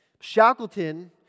Shackleton